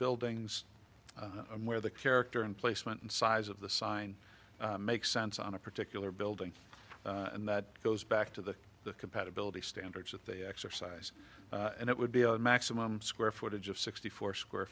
buildings where the character and placement and size of the sign make sense on a particular building and that goes back to the compatibility standards that they exercise and it would be a maximum square footage of sixty four square